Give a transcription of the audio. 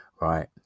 right